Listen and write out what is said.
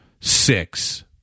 six